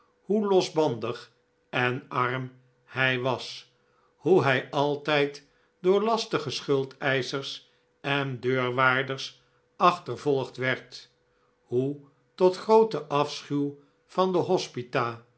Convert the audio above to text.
hoe losbandig e n arm hij was hoe hij altijd door lastige schuldeischers en deurwaarders achtervolgd werd hoe tot grooten afschuw van de hospita